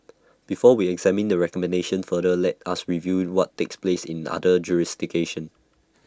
before we examine the recommendation further let us review what takes place in other jurisdictions